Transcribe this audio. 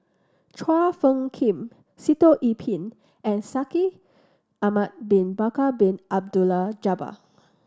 Chua Phung Kim Sitoh Yih Pin and Shaikh Ahmad Bin Bakar Bin Abdullah Jabbar